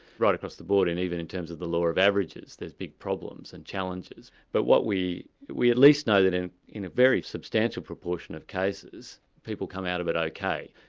right across the board and even in terms of the law of averages, there's big problems, and challenges. but we we at least know that in in a very substantial proportion of cases, people come out of it ok.